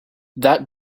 that